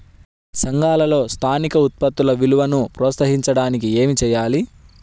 సంఘాలలో స్థానిక ఉత్పత్తుల విలువను ప్రోత్సహించడానికి ఏమి చేయాలి?